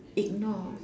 ignore